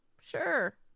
Sure